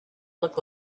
look